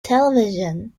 television